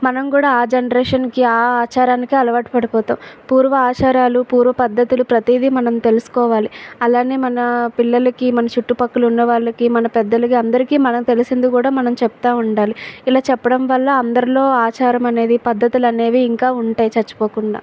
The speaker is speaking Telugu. మనం కూడా ఆ జనరేషన్కి ఆ ఆచారానికి అలవాటు పడిపోతాం పూర్వ ఆచారాలు పూర్వ పద్ధతులు ప్రతిదీ మనం తెలుసుకోవాలి అలానే మన పిల్లలకి మన చుట్టుపక్కల ఉన్న వాళ్ళకి మన పెద్దలకి అందరికి మనం తెలిసింది కూడా మనం చెప్తా ఉండాలి ఇలా చెప్పడం వల్ల అందరిలో ఆచారం అనేది పద్ధతులు అనేవి ఇంకా ఉంటాయి చచ్చిపోకుండా